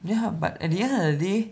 ya but at the end of the day